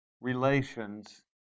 relations